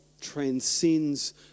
transcends